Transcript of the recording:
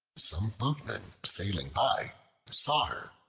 some boatmen sailing by saw her,